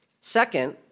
Second